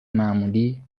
معمولی